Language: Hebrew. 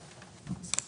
קודם.